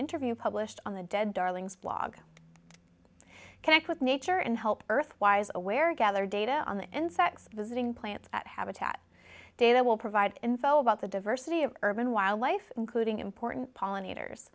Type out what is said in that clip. interview published on the dead darlings blog connect with nature and help earth wise aware gather data on the insects visiting plants at habitat day that will provide info about the diversity of urban wildlife including important pollinators